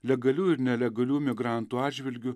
legalių ir nelegalių migrantų atžvilgiu